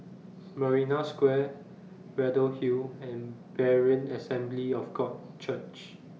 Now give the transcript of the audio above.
Marina Square Braddell Hill and Berean Assembly of God Church